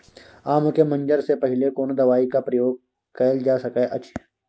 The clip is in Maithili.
आम के मंजर से पहिले कोनो दवाई के प्रयोग कैल जा सकय अछि?